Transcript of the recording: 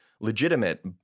legitimate